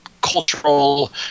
cultural